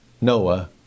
noah